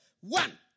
One